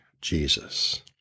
Jesus